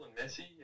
messy